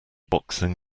boxing